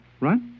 right